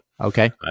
Okay